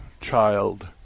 child